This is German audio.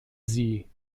sie